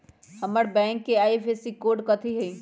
हमर बैंक के IFSC code कथि हई?